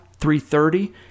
330